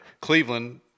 Cleveland